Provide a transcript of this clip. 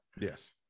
yes